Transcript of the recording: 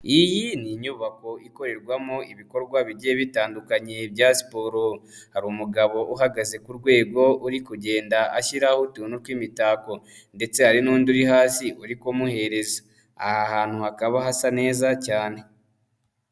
Iyi ni inyubako ikorerwamo ibikorwa bigiye bitandukanye bya siporo, hari umugabo uhagaze ku rwego uri kugenda ashyiraho utuntu tw'imitako, ndetse hari n'undi uri hasi uri kumuhereza, aha ahantu hakaba hasa neza cyane.